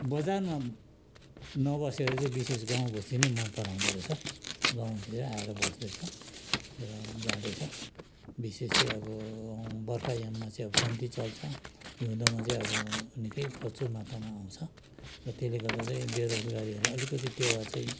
बजारमा नबसेर चाहिँ विशेष गाउँ बस्ती नै मन पराउँदो रहेछ गाउँतिरै आएर बस्दैछ र जाँदैछ विशेष चाहिँ अब बर्खा याममा चाहिँ अब कम्ती चल्छ हिउँदोमा चाहिँ अब निकै प्रचुर मात्रामा आउँछ र त्यसले गर्दा चाहिँ बेरोजगारीहरूलाई अलिकति टेवा चाहिँ